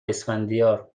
اسفندیار